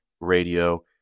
Radio